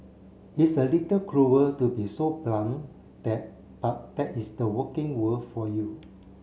it's a little cruel to be so blunt that but that is the working world for you